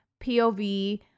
POV